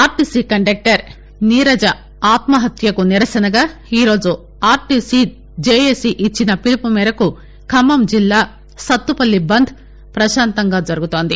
RTC conductor Neeraja ఆత్మహత్యకు నిరసనగా ఈ రోజు ఆర్టీసీ జేఏసీ ఇచ్చిన పిలుపు మేరకు ఖమ్మం జిల్లా సత్తుపల్లి బంద్ పశాంతంగా జరుగుతోంది